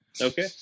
Okay